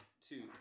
two